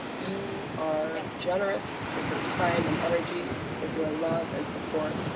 you are generous with your time and energy, with your love and support,